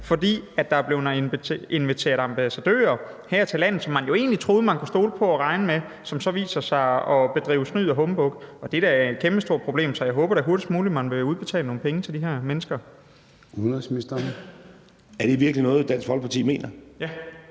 fordi der er blevet inviteret ambassadører her til landet, som man jo egentlig troede man kunne stole på og regne med, men som så viser sig at bedrive snyd og humbug. Det er da et kæmpestort problem, så jeg håber da, at man hurtigst muligt vil udbetale nogle penge til de her mennesker. Kl. 13:10 Formanden